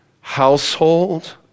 household